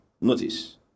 Notice